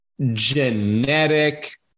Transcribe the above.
genetic